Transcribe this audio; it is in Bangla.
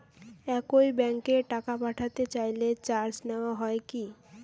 একই ব্যাংকে টাকা পাঠাতে চাইলে চার্জ নেওয়া হয় কি?